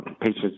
patients